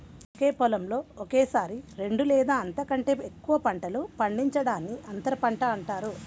ఒకే పొలంలో ఒకేసారి రెండు లేదా అంతకంటే ఎక్కువ పంటలు పండించడాన్ని అంతర పంట అంటారు